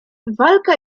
walka